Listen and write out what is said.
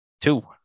two